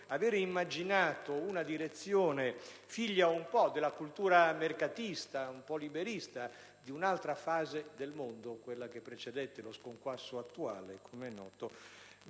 aver immaginato una direzione figlia un po' della cultura mercatista e liberista di un'altra fase del mondo, quella che, com'è noto, precedette lo sconquasso attuale, è sembrato